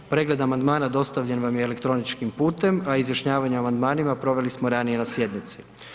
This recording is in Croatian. Pregled amandmana dostavljen vam je elektroničkim putem, a izjašnjavanje o amandmanima proveli smo ranije na sjednici.